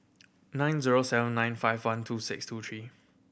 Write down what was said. nine zero seven nine five one two six two three